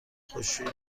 خشکشویی